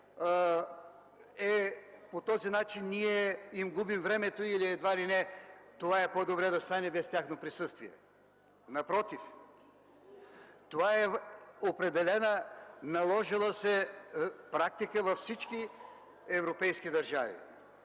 по този начин ние им губим времето и едва ли не е по-добре това да стане без тяхно присъствие. Напротив, това е наложила се практика във всички европейски държави.